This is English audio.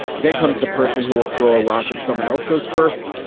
then comes the person who will throw a rock if someone else goes first.